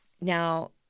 Now